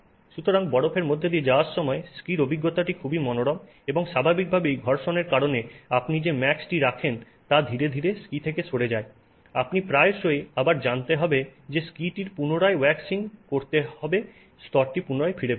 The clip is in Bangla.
সুতরাং বরফের মধ্য দিয়ে যাওয়ার সময় স্কীর অভিজ্ঞতাটি খুবই মনোরম এবং স্বাভাবিকভাবেই ঘর্ষণের কারণে আপনি যে ম্যাক্স টি রাখেন তা ধীরে ধীরে স্কী থেকে সরে যায় আপনাকে প্রায়শই আবার জানতে হবে যে স্কীটির পুনরায় ওয়াক্সিং করতে হবে স্তরটি পুনরায় ফিরে পেতে